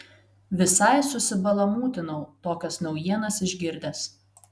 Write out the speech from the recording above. visai susibalamūtinau tokias naujienas išgirdęs